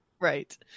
right